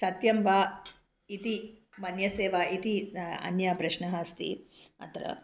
सत्यं वा इति मन्यसे वा इति अन्या प्रश्नः अस्ति अत्र